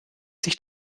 sich